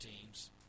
teams